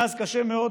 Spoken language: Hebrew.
מאז קשה מאוד,